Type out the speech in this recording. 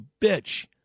bitch